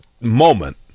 moment